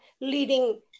leading